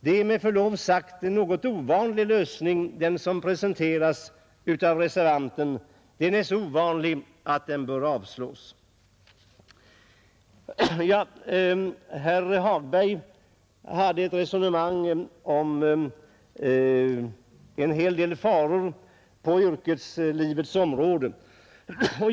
Det är med förlov sagt en något ovanlig lösning som presenteras av reservanten; den är så ovanlig att den bör avslås. Herr Hagberg hade ett resonemang om en hel del faror på yrkeslivets område.